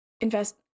invest